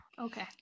okay